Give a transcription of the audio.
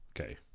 Okay